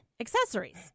accessories